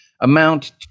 amount